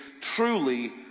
truly